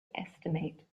estimate